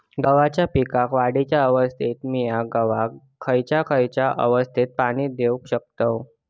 गव्हाच्या पीक वाढीच्या अवस्थेत मिया गव्हाक खैयचा खैयचा अवस्थेत पाणी देउक शकताव?